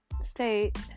state